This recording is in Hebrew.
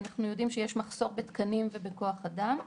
אנחנו יודעים שיש מחסור בתקנים ובכוח אדם.